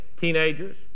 teenagers